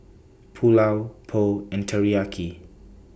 Pulao Pho and Teriyaki